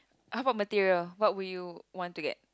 how about material what would you want to get